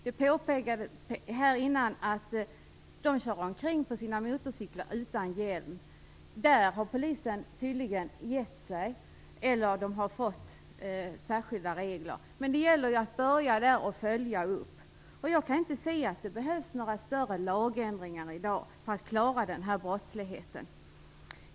Det påpekades här att de kör omkring på sina motorcyklar utan hjälm. Där har polisen tydligen gett sig, eller också har man fått särskilda regler. Men det gäller att börja redan där och följa upp. Jag kan inte se att det i dag behövs några större lagändringar för att klara den här brottsligheten.